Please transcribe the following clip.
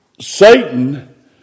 Satan